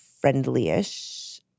friendly-ish